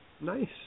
Nice